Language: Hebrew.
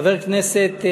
שחבר כנסת,